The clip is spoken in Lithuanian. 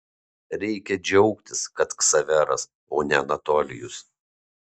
reikia džiaugtis kad ksaveras o ne anatolijus